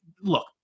Look